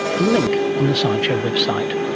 a link on the science show website.